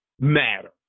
matter